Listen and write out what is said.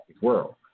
World